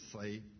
say